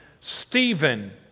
Stephen